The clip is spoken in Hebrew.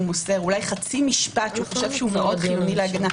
מוסר אולי חצי משפט שהוא חושב שמאוד חיוני להגנה.